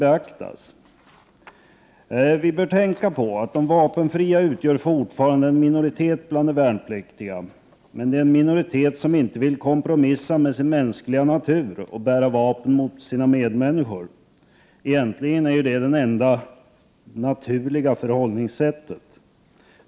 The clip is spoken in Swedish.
De personer som gör vapenfri tjänst utgör fortfarande en minoritet bland de värnpliktiga — en minoritet som inte vill kompromissa med sin mänskliga natur och bära vapen i syfte att skada sina medmänniskor. Egentligen är detta det enda naturliga förhållningssättet.